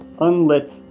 unlit